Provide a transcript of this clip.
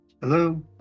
Hello